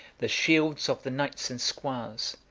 the shields of the knights and squires,